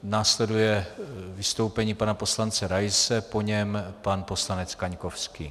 Následuje vystoupení pana poslance Raise, po něm pan poslanec Kaňkovský.